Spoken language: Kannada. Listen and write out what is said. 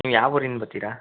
ನೀವು ಯಾವ ಊರಿಂದ ಬರ್ತೀರಾ